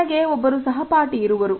ನನಗೆ ಒಬ್ಬರು ಸಹಪಾಠಿ ಇರುವರು